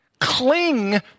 cling